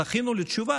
זכינו לתשובה?